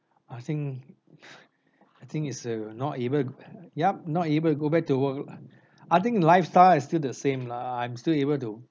I think I think it's uh not able yup not able to go back to work lah I think lifestyle is still the same lah I'm still able to